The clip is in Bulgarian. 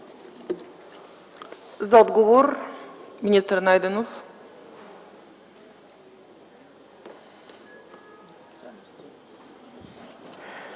За отговор – министър Найденов.